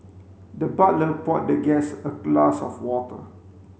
the butler poured the guest a glass of water